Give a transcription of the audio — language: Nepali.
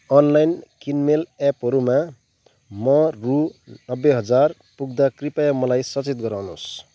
अनलाइन किनमेल एपहरूमा म रु नब्बे हजार पुग्दा कृपया मलाई सचेत गराउनुहोस्